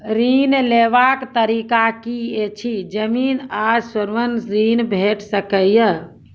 ऋण लेवाक तरीका की ऐछि? जमीन आ स्वर्ण ऋण भेट सकै ये?